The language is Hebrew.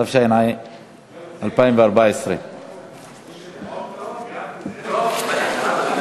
התשע"ה 2014. ההצעה להעביר את הצעת חוק